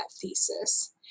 thesis